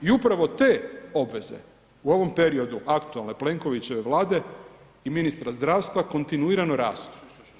I upravo te obveze u ovom periodu aktualne Plenkovićeve Vlade i ministra zdravstva kontinuirano rastu.